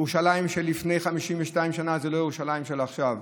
ירושלים שלפני 52 שנה זו לא ירושלים של עכשיו,